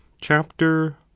chapter